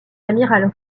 amiral